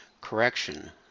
Correction